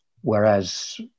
whereas